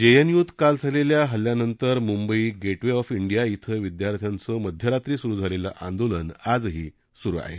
जेएनयूत काल झालेल्या हल्ल्यानंतर मुंबईत गेटवे ऑफ इंडिया इथं विदयार्थ्यांचं मध्यरात्री सुरु झालेलं आंदोलन आजही सुरु आहे